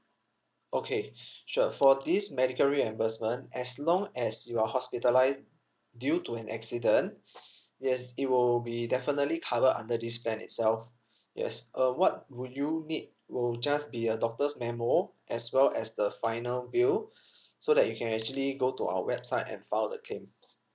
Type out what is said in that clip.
okay sure for these medical reimbursement as long as you're hospitalised due to an accident yes it will be definitely cover under this plan itself yes uh what would you need will just be a doctor's memo as well as the final bill so that you can actually go to our website and file the claims